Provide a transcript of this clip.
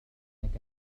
إنك